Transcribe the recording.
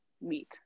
meet